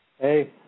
Hey